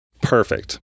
Perfect